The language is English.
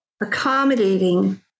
accommodating